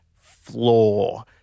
floor